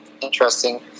interesting